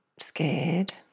scared